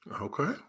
Okay